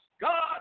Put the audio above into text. God